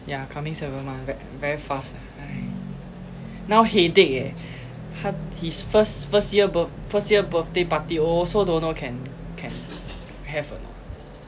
yeah coming seven month ve~ very fast ah !hais! now headache eh ha~ his first first year birth~ first year birthday party also don't know can can have or not